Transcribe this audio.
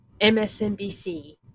MSNBC